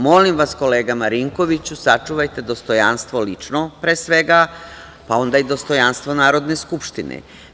Molim vas kolega Marinkoviću, sačuvajte dostojanstvo lično pre svega, pa onda i dostojanstvo Narodne skupštine.